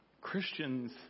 Christian's